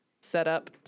setup